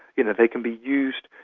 you know they can be used,